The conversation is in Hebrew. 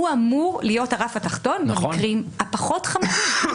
הוא אמור להיות הרף התחתון במקרים הפחות חמורים.